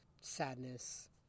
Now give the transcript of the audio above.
sadness